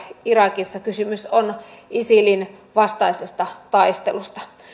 irakissa kysymys on isilin vastaisesta taistelusta